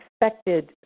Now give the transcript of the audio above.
expected